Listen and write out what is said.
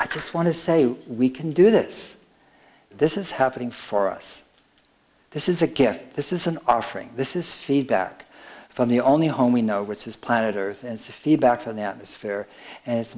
thanks want to say we can do this this is happening for us this is a gift this is an offering this is feedback from the only home we know which is planet earth as a feedback from the atmosphere and it's